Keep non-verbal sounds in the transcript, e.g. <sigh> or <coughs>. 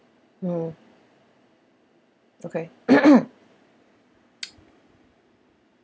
mm okay <coughs> <noise>